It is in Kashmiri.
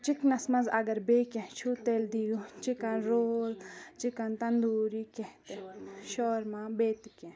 چِکنَس منٛز اگر بیٚیہِ کیٚنٛہہ چھُ تیٚلہِ دِیو چِکَن رول چِکَن تَندوٗری کیٚنٛہہ شورما بیٚیہِ تہِ کینٛہہ